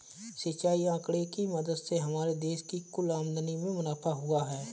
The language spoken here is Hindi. सिंचाई आंकड़े की मदद से हमारे देश की कुल आमदनी में मुनाफा हुआ है